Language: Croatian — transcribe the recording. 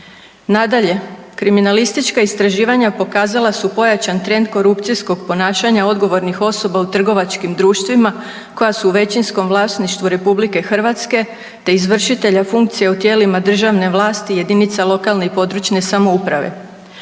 Nadalje, kriminalistička istraživanja pokazala su pojačan trend korupcijskog ponašanja odgovornih osoba u trgovačkim društvima koja su u većinskom vlasništvu RH te izvršitelja funkcije u tijelima državne vlasti jedinica lokalne i područne samouprave.